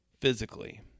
physically